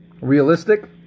realistic